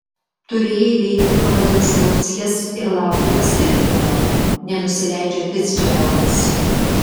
turėjai veikti pagal instrukcijas ir laukti pastiprinimo nenusileidžia ficdžeraldas